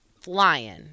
flying